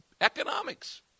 economics